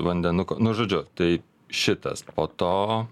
vandenuką nu žodžiu tai šitas po to